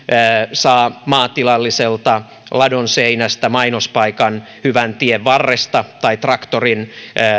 saa maatilalliselta ladonseinästä mainospaikan hyvän tien varresta tai traktorin